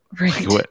Right